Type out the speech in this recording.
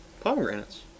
Pomegranates